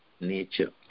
nature